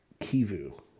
Kivu